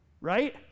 right